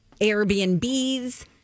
airbnbs